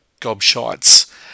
gobshites